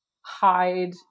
hide